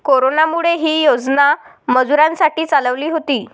कोरोनामुळे, ही योजना मजुरांसाठी चालवली होती